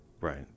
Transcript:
Right